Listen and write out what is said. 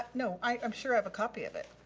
no, i'm sure i have a copy of it.